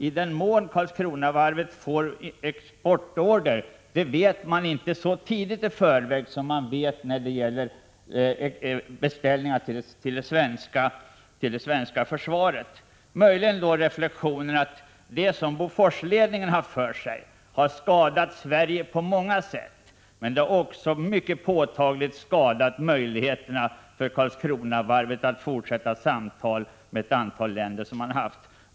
I den mån Karlskronavarvet får exportorder vet man det oftast inte så tidigt i förväg som man när det gäller beställningar från det svenska försvaret.— Vad gäller vissa annars möjliga exportländer tillåter jag mig reflexionen att det som Boforsledningen haft för sig har skadat Sverige på många sätt. Det har påtagligt skadat möjligheterna för Karlskronavarvet.